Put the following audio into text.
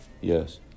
Yes